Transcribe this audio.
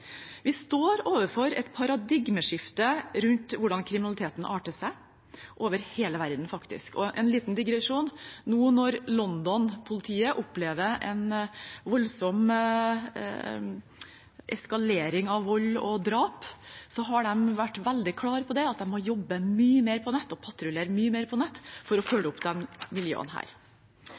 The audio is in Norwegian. Vi står overfor et paradigmeskifte rundt hvordan kriminaliteten arter seg, faktisk over hele verden. En liten digresjon: Nå når London-politiet opplever en voldsom eskalering av vold og drap, har de vært veldig klare på at de må jobbe mye mer på nett og patruljere mye mer på nett, for å følge opp disse miljøene.